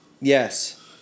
Yes